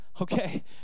Okay